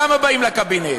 כמה באים לקבינט?